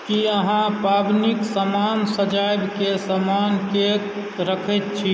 की अहाँ पाबनिक समान सजायब के समान केक रखैत छी